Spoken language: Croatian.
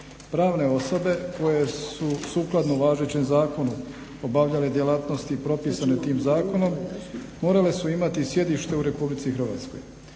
Pravne osobe koje su sukladno važećem zakonu obavljale djelatnosti propisane tim zakonom morale su imati sjedište u RH. Ovim zakonskim